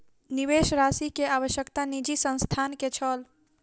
निवेश राशि के आवश्यकता निजी संस्थान के छल